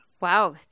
Wow